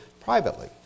privately